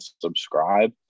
subscribe